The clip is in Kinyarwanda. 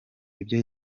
ibyo